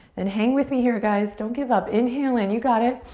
then hang with me here, guys. don't give up. inhale in, you got it.